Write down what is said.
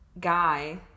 guy